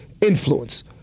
influence